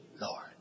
Lord